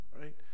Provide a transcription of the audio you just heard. right